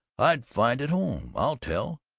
i'd find at home, i'll tell!